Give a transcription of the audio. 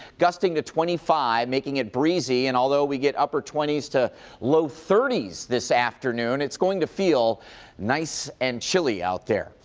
gusting to twenty five, making it breezy. and although we get upper twenty s to low thirty s this afternoon, it's going to feel nice and chilly out there.